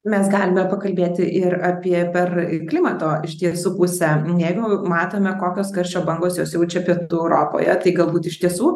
mes galime pakalbėti ir apie per klimato iš tiesų pusę jeigu matome kokios karščio bangos jau siaučia pietų europoje tai galbūt iš tiesų